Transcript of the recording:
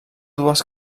dues